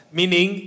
meaning